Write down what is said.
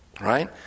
right